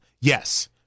Yes